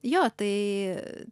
jo tai e